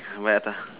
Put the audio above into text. where the